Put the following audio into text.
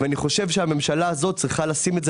ואני חושב שהממשלה הזאת צריכה לשים את זה